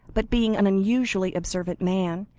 but being an unusually observant man,